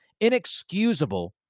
inexcusable